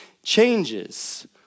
Changes